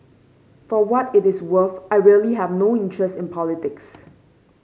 for what it is worth I really have no interest in politics